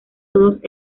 todos